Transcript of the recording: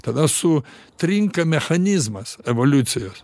tada sutrinka mechanizmas evoliucijos